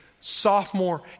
sophomore